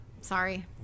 Sorry